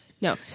no